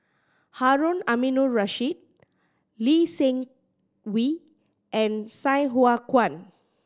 Harun Aminurrashid Lee Seng Wee and Sai Hua Kuan